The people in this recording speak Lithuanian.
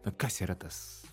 na kas yra tas